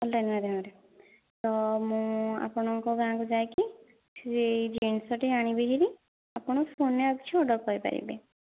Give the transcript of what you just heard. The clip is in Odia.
ଅନଲାଇନ୍ ମାଧ୍ୟମରେ ତ ମୁଁ ଆପଣଙ୍କ ଗାଁକୁ ଯାଇକି ସେହି ଜିନିଷ ଟେ ଆଣିବି ହେରି ଆପଣ ଫୋନ ରେ ଆଉ କିଛି ଅର୍ଡର୍ କରି ପାରିବେ